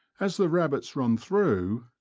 as the rabbits run through,